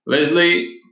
Leslie